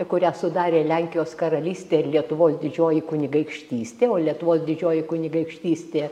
kurią sudarė lenkijos karalystė ir lietuvos didžioji kunigaikštystė o lietuvos didžioji kunigaikštystė